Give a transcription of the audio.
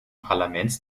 parlaments